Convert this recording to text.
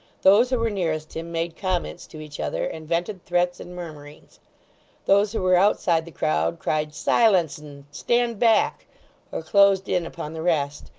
those who were nearest him made comments to each other, and vented threats and murmurings those who were outside the crowd cried, silence, and stand back or closed in upon the rest,